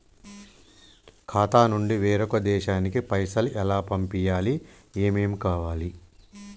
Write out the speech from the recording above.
ఖాతా నుంచి వేరొక దేశానికి పైసలు ఎలా పంపియ్యాలి? ఏమేం కావాలి?